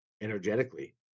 energetically